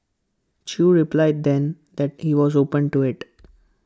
chew replied then that he was open to IT